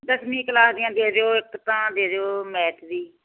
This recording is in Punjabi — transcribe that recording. ਦਸਵੀਂ ਕਲਾਸ ਦੀਆਂ ਦੇ ਦਿਓ ਇੱਕ ਤਾਂ ਦੇ ਦਿਓ ਮੈਥ ਦੀ